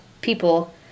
people